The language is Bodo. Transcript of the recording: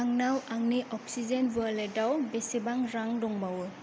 आंनाव आंनि अक्सिजेन अवालेटाव बेसेबां रां दंबावो